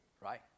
right